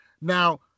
Now